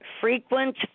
frequent